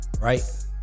Right